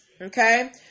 okay